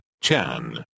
Chan